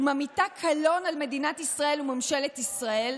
וממיטה קלון על מדינת ישראל וממשלת ישראל,